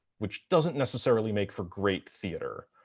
which doesn't necessarily make for great theatre,